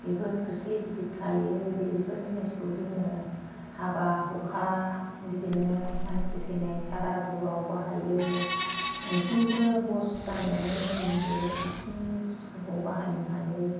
बेफोर खोसलि गिदिर थायो बेफोर जिनिसखौ जोङो हाबा हुखा बिदिनो मानसि थैनाय सारादुआव बाहायो मोनफ्रोमबो बस जानायावनो जों बे इसिंनि बुस्थुफोरखौ बाहायनो हायो